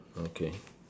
okay